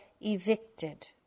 evicted